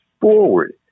forward